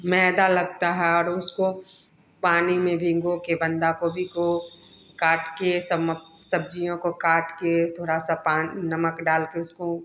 मैदा लगता है और उसको पानी में भिगो के बंदा गोबी को काट के सब्जियों को काट के थोड़ा सा पानी नमक डाल के उसको